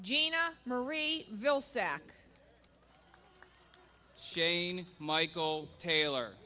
gina marie ville sack shane michael taylor